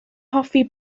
hoffi